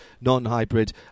non-hybrid